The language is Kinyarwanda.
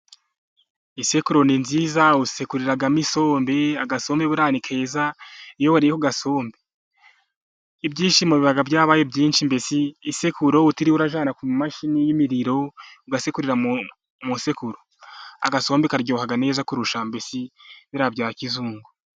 Isekuru ni nziza, usekuriramo isombe, agasombe buriya ni keza, iyo wariye ku gasombe, ibyishimo biba byabaye byinshi. Mbese isekuru utiriwe ujyana ku mashini y'umuriro, ugasekurira mu isekuru, agasombe karyoha neza, kurusha mbese biriya bya kizungu.